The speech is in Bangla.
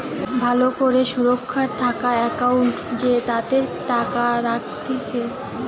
ভালো করে সুরক্ষা থাকা একাউন্ট জেতাতে টাকা রাখতিছে